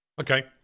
Okay